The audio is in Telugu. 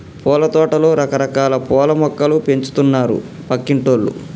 పూలతోటలో రకరకాల పూల మొక్కలు పెంచుతున్నారు పక్కింటోల్లు